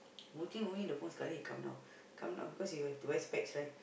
watching only the phone suddenly he come down come down because you have to wear specs right